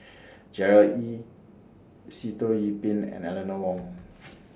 Gerard Ee Sitoh Yih Pin and Eleanor Wong